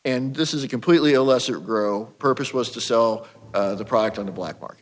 and this is a completely a lesser grow purpose was to sell the product on the black market